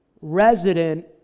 resident